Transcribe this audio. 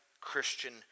Christian